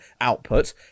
output